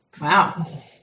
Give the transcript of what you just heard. Wow